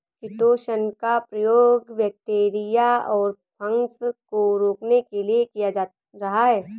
chitosan का प्रयोग bacteria और फँगस को रोकने के लिए किया जा रहा है